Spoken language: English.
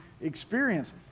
experience